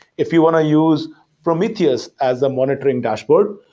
if you want to use prometheus as a monitoring dashboard,